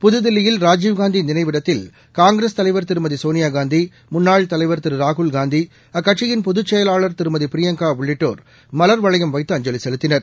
புதுதில்லியில் ராஜீவ்காந்திநினைவிடத்தில் காங்கிரஸ் தலைவர் திருமதிசோனியாகாந்தி முன்னாள் தலைவா் திருராகுல்காந்தி அக்கட்சியின் பொதுச்செயலாளா் திருமதிபிரியங்காஉள்ளிட்டோர் மல்வளையம் வைத்து அஞ்சலிசெலுத்தினர்